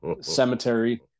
cemetery